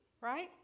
right